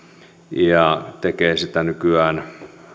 ja tekee sitä nykyään